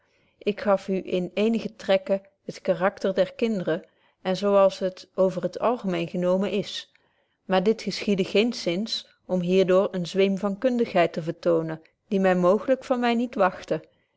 ik gaf u in eenige trekken het karakter der kinderen zo als het over t algemeen genomen is maar dit geschiedde geenszins om hier door een zweem van kundigheid te vertoonen die men mooglyk van my niet wagtte